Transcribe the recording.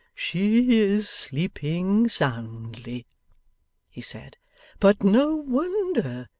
she is sleeping soundly he said but no wonder.